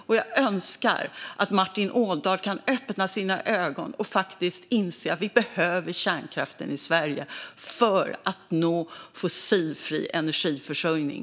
Och jag skulle önska att Martin Ådahl kunde öppna sina ögon och faktiskt inse att vi behöver kärnkraften i Sverige för att nå fossilfri energiförsörjning.